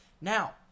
Now